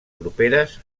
properes